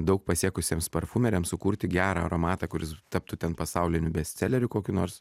daug pasiekusiems parfumeriams sukurti gerą aromatą kuris taptų ten pasauliniu bestseleriu kokiu nors